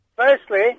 Firstly